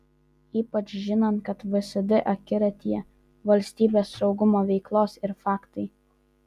ypač žinant kad vsd akiratyje valstybės saugumo veiklos ir faktai